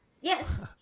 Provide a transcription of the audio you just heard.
Yes